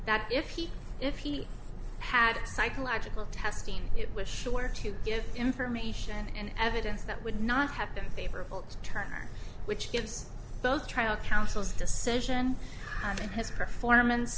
that if he if he had psychological testing it was sure to give information and evidence that would not have been favorable to turner which gives both trial council's decision on his performance